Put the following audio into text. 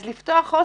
אז לפתוח הוסטל,